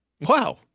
Wow